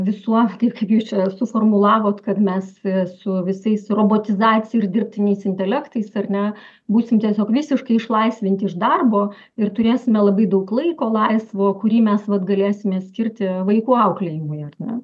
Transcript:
visuo taip kaip jūs čia suformulavot kad mes su visais robotizacija ir dirbtiniais intelektais ar ne būsim tiesiog visiškai išlaisvinti iš darbo ir turėsime labai daug laiko laisvo kurį mes vat galėsime skirti vaikų auklėjimui ar ne